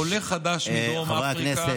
עולה חדש מדרום אפריקה,